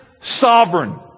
sovereign